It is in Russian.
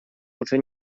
уже